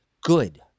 good